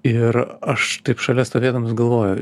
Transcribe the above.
ir aš taip šalia stovėdamas galvoju